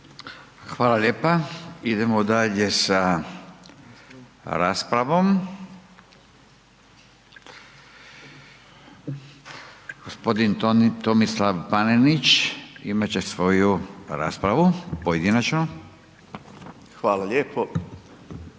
(Nezavisni)** Idemo dalje sa raspravom. Gospodin Tomislav Panenić imat će svoju raspravu pojedinačnu. **Panenić,